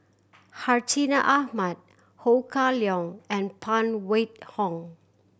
Hartinah Ahmad Ho Kah Leong and Phan Wait Hong